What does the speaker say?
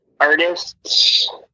artists